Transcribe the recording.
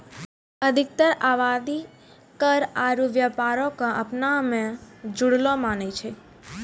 अधिकतर आवादी कर आरु व्यापारो क अपना मे जुड़लो मानै छै